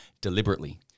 deliberately